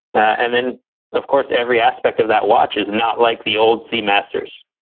and then of course every aspect of that watch is not like the old seamasters.